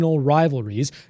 rivalries